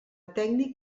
tècnic